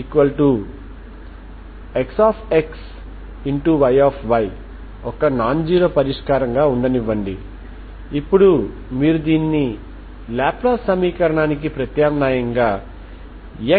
Y ఒక non zero పరిష్కారంగా ఉండనివ్వండి ఇప్పుడు మీరు దీనిని లాప్లాస్ సమీకరణానికి ప్రత్యామ్నాయంగా Xx